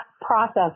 process